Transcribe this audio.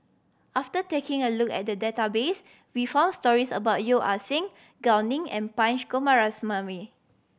after taking a look at the database we found stories about Yeo Ah Seng Gao Ning and Punch Coomaraswamy